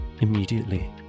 Immediately